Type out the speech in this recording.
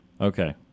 Okay